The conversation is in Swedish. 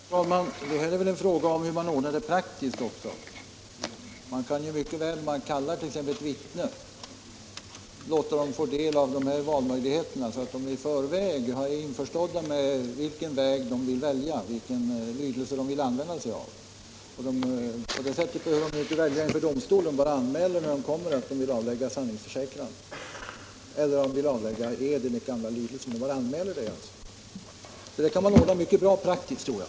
Herr talman! Detta är väl också en fråga om hur man ordnar det rent praktiskt. När man kallar ett vittne kan man mycket väl låta vederbörande få veta vilka valmöjligheter som finns, så att han i förväg är införstådd med vilken lydelse han vill välja. Då behöver han inte välja inför domstolen. Han anmäler bara när han kommer att han vill tala under sanningsförsäkran eller under ed enligt den gamla lydelsen. Då anmäler han bara det. Så där tror jag att man kan ordna det praktiskt mycket bra.